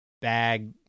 Bag